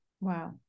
Wow